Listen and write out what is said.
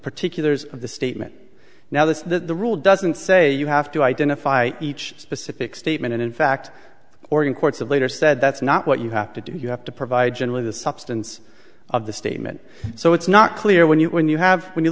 particulars of the statement now the rule doesn't say you have to identify each specific statement and in fact organ courts of later said that's not what you have to do you have to provide generally the substance of the statement so it's not clear when you when you have when you